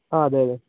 ആ അതെയതെ